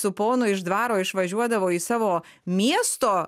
su ponu iš dvaro išvažiuodavo į savo miesto